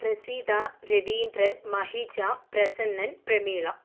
Praseetha Raveendran Mahija Prasannan Prameela